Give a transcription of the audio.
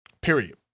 period